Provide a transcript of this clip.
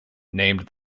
named